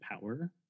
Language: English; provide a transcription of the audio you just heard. power